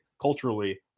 culturally